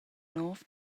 nov